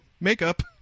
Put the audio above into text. makeup